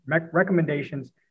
recommendations